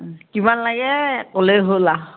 কিমান লাগে ক'লেই হ'ল আৰু